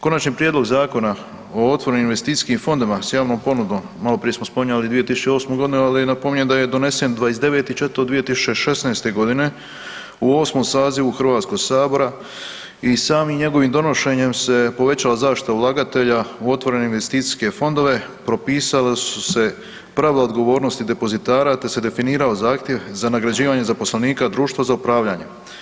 Konačni prijedlog Zakona o otvorenim investicijskim fondovima s javnom ponudom, maloprije smo spominjali 2008.g., ali napominjem da je donesen 29.4.2016.g. u 8. sazivu HS-a i samim njegovim donošenjem se povećala zaštita ulagatelja u otvorene investicijske fondove propisala su se pravila odgovornosti depozitara te se definirao zahtjev za nagrađivanje zaposlenika društva za upravljanje.